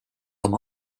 oma